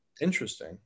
interesting